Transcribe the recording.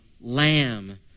lamb